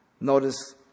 Notice